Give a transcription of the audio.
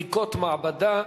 מימון הוצאות בגין בדיקות מעבדה),